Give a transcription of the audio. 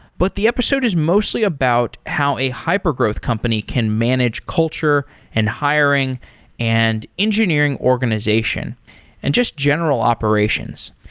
but the episode is mostly about how a hypergrowth company can manage culture and hiring and engineering organization and just general operations.